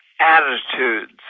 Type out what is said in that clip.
attitudes